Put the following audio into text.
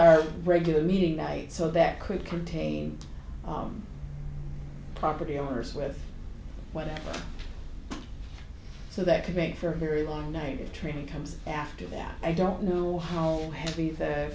our regular meeting night so that could contain property owners with weather so that could make for a very long night of training comes after that i don't know how heavy th